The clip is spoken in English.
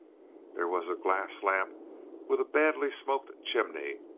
there was a glass lamp with a badly smoked chimney,